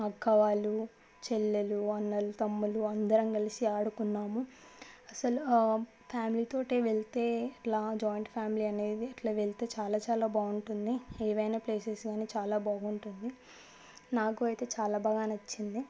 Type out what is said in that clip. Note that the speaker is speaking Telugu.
అక్కవాళ్ళు చెల్లెలు అన్నలు తమ్ముళ్ళు అందరం కలిసి ఆడుకున్నాము అసలు ఫ్యామిలీతో వెళ్తే ఇట్లా జాయింట్ ఫ్యామిలీ అనేది ఇట్లా వెళ్తే చాలా చాలా బాగుంటుంది ఏవైనా ప్లేసెస్ కానీ చాలా బాగుంటుంది నాకు అయితే చాలా బాగా నచ్చింది